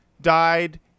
died